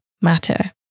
matter